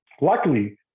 Luckily